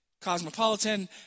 Cosmopolitan